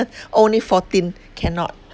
only fourteen cannot